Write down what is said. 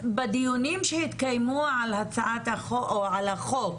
בדיונים שהתקיימו על החוק